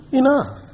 enough